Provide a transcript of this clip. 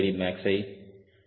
866max யை கொடுக்கிறது